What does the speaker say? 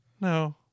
No